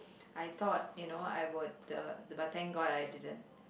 I thought you know I would the but thank god I didn't